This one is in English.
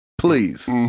Please